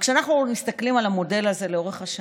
רק שאנחנו מסתכלים על המודל הזה לאורך השנים,